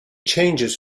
changes